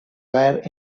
were